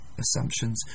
assumptions